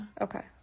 Okay